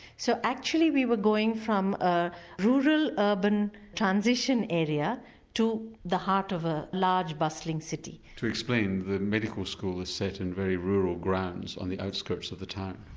so actually we were going from a rural, urban transition area to the heart of a large bustling city. to explain the medical school is set in very rural grounds on the outskirts of the town.